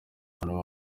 abafana